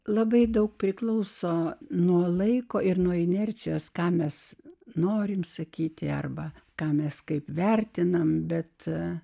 labai daug priklauso nuo laiko ir nuo inercijos ką mes norime sakyti arba ką mes kaip vertinam bet